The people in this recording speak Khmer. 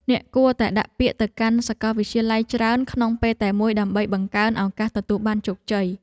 អ្នកគួរតែដាក់ពាក្យទៅកាន់សាកលវិទ្យាល័យច្រើនក្នុងពេលតែមួយដើម្បីបង្កើនឱកាសទទួលបានជោគជ័យ។